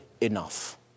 enough